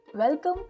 Welcome